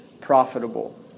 profitable